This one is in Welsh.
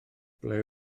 ble